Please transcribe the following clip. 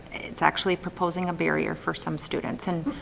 it's actually proposing a barrier for some students and